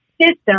system